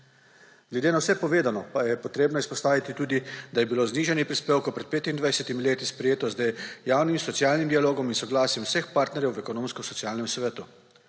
Glede na vse povedano pa je potrebno izpostaviti tudi, da je bilo znižanje prispevkov pred 25 leti sprejeto z javnim in socialnim dialogom in soglasjem vseh partnerjev v Ekonomsko-socialnem svetu.